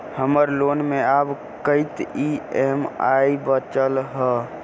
हम्मर लोन मे आब कैत ई.एम.आई बचल ह?